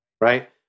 right